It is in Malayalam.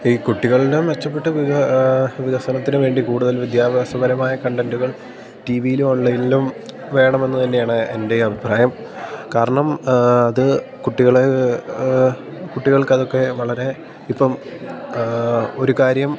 ഈ കുട്ടികളുടെ മെച്ചപ്പെട്ട വികസനത്തിനുവേണ്ടി കൂടുതൽ വിദ്യാഭ്യാസപരമായ കണ്ടൻ്റുകൾ ടി വിയിലും ഓൺലൈനിലും വേണമെന്ന് തന്നെയാണ് എൻ്റെയും അഭിപ്രായം കാരണം അത് കുട്ടികളെ കുട്ടികൾക്കതൊക്കെ വളരെ ഇപ്പം ഒരു കാര്യം